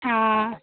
हँ